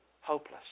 Hopeless